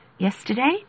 yesterday